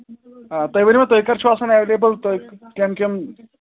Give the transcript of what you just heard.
آ تُہۍ ؤنِو مےٚ تُہۍ کَر چھُ آسَان تیٚلہِ ایویلیبٕل تہٕ کَمہِ کَمہِ